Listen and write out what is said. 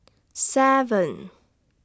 seven